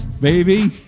baby